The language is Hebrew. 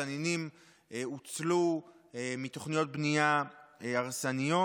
תנינים הוצלו מתוכניות בנייה הרסניות.